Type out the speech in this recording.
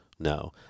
No